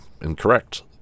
incorrect